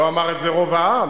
לא אמר את זה רוב העם,